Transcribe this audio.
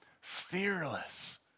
fearless